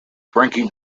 frankie